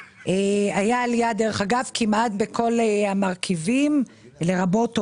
אגב, כמעט בכל המרכיבים, לרבות הובלות.